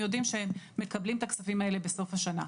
יודעים שהם מקבלים את הכספים האלה בסוף השנה.